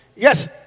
Yes